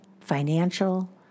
financial